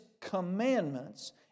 commandments